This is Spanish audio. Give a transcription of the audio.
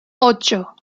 ocho